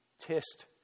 test